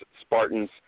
Spartans